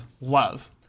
love